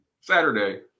Saturday